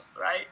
right